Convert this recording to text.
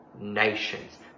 Nations